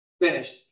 finished